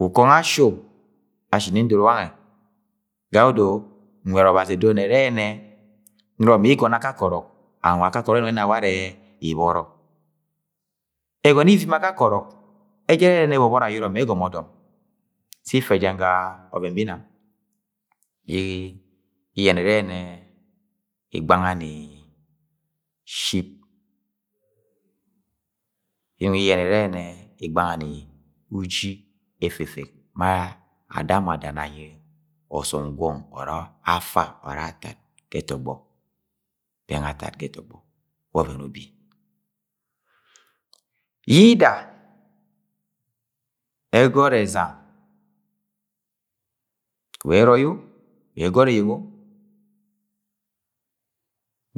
Ukọngọ ashi-o, ashi nni ndoro wangẹ, gayẹodo nwẹt ọbazi ẹdoro ni ẹrẹ norọ mi igọnọ akakẹ orọk an wa akakẹ ọrọk ẹnọng ẹna warẹ ibọrọ, ẹgọnọ yẹ avime akakẹ ọrọk ẹjak ẹrẹ ẹbọbọrọ ayọrọ mẹ ẹgọmọ ọdọm se ite jẹn ga ọvẹn bẹ inang iyẹnẹ irẹ igbanga ni ship, inọng iyẹnẹ irẹ igbanga ni uji efefek ma adamọ adana anyi ọsọm gwọng ọr affa ọr atad ga ẹtọgbọ bẹng atad ga ẹtọgbọ wa ọvẹn ubi. Yida, egot ezam wa ẹrọi yo wa ẹgọt ẹyẹng o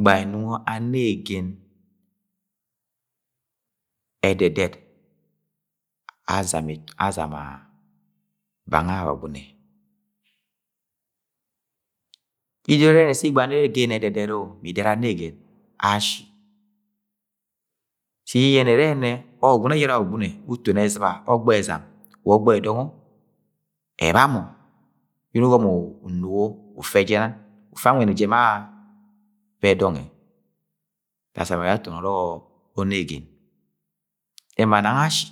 gbai nọ-nọngọ anegen ẹdẹdẹt azama azama bang Agwagune, idoro ire sẹ igẹrẹ anegen edẹdẹt o mi idẹt anegen ashi sẹ iyẹnẹ irẹ yẹnẹ ọgwọgune ejara ogwogune utom ẹziba ọgba ẹzam wa ọgba ẹdong o ẹbamọ yẹ unọng ugọmọ ufe anweni jẹn ma bẹ dọng ẹ dasam ara aton ọrọk onegen ema nang ashi.